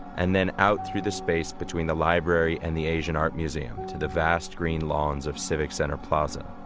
and then out through the space between the library and the asian art museum to the vast green lawns of civic center plaza.